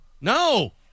no